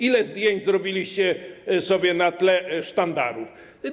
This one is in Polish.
Ile zdjęć zrobiliście sobie na tle sztandaru?